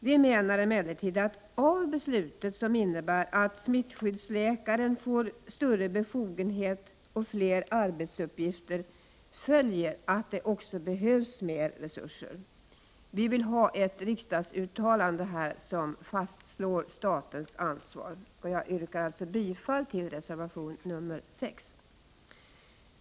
Vi menar emellertid att av ett beslut som innebär att smittskyddsläkaren får större befogenhet och fler arbetsuppgifter följer att det också behövs mer resurser. Vi vill ha ett riksdagsuttalande här som fastslår statens ansvar. Jag yrkar bifall till reservation nr 6.